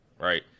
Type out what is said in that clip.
right